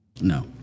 No